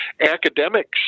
academics